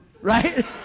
right